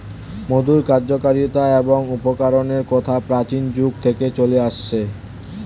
মধুর কার্যকারিতা এবং উপকারের কথা প্রাচীন যুগ থেকে চলে আসছে